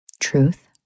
truth